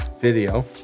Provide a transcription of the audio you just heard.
video